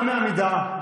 לא בעמידה,